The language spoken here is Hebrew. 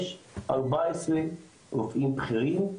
יש 14 רופאים בכירים,